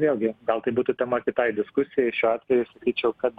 vėlgi gal tai būtų tema kitai diskusijai šiuo atveju sakyčiau kad